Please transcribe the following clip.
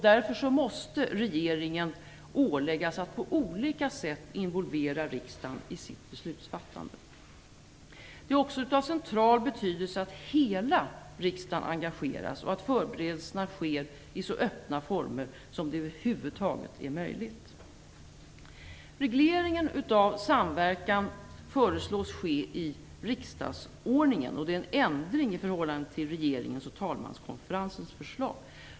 Därför måste regeringen åläggas att på olika sätt involvera riksdagen i sitt beslutsfattande. Det är också av central betydelse att hela riksdagen engageras och att förberedelserna sker i så öppna former som det över huvud taget är möjligt. Regleringen av samverkan föreslås ske i riksdagsordningen. Detta är en ändring i förhållande till regeringens och talmanskonferensens förslag.